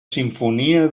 simfonia